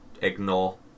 ignore